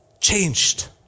changed